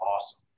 awesome